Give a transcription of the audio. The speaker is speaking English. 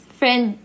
friend